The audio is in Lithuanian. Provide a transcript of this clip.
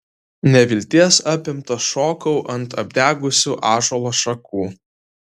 nevilties apimtas šokau ant apdegusių ąžuolo šakų